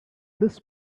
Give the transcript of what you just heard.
this